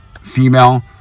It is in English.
female